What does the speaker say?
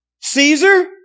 Caesar